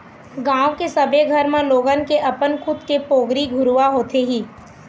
गाँव के सबे घर म लोगन के अपन खुद के पोगरी घुरूवा होथे ही